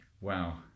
Wow